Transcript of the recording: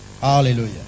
Hallelujah